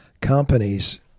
companies